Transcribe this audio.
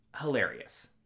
Hilarious